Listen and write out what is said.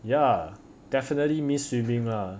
ya definitely miss swimming lah